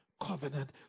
Covenant